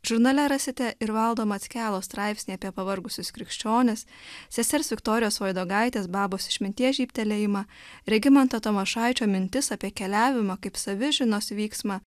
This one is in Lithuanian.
žurnale rasite ir valdo mackelos straipsnį apie pavargusius krikščionis sesers viktorijos vaidogaitės babos išminties žyptelėjimą regimanto tamošaičio mintis apie keliavimą kaip savižinos vyksmą